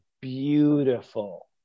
beautiful